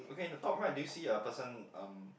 okay in the top right did you see a person um